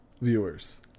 viewers